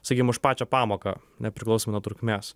sakykim už pačią pamoką nepriklausom nuo trukmės